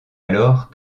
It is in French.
alors